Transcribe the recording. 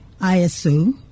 ISO